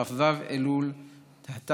כ"ו באלול התש"ף,